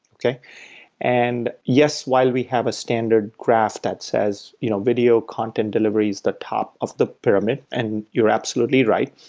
and yes, while we have a standard craft that says you know video content delivery is the top of the pyramid, and you're absolutely right.